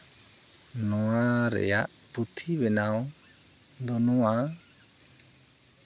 ᱱᱚᱣᱟ ᱨᱮᱭᱟᱜ ᱯᱩᱛᱷᱤ ᱵᱮᱱᱟᱣ ᱫᱚ ᱱᱚᱣᱟ